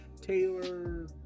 Taylor